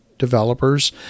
developers